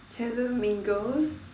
hello mean girls